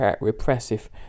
repressive